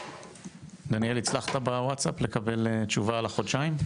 דניאל, הצלחתך בווטסאפ לקבל תשובה על החודשיים?